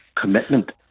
commitment